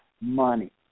money